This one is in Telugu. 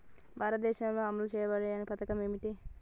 భారతదేశంలో అమలు చేయబడిన పథకాలు ఏమిటి?